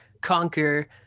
conquer